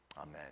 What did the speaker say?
Amen